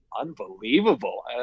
Unbelievable